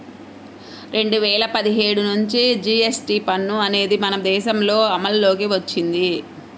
రెండు వేల పదిహేడు నుంచి జీఎస్టీ పన్ను అనేది మన దేశంలో అమల్లోకి వచ్చింది